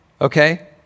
Okay